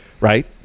Right